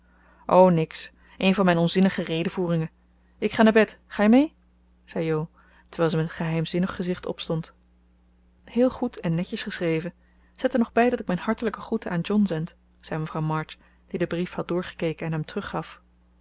o niks een van mijn onzinnige redevoeringen ik ga naar bed ga je mee zei jo terwijl ze met een geheimzinnig gezicht opstond heel goed en netjes geschreven zet er nog bij dat ik mijn hartelijke groeten aan john zend zei mevrouw march die den brief had doorgekeken en hem teruggaf